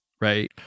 right